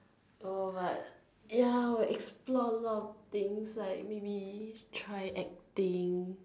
no but ya must explore a lot of things like maybe try acting